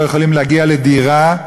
לא יכולים להגיע לדירה,